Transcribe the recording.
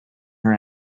her